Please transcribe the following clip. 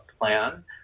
plan